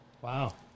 Wow